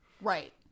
Right